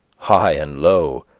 high and low,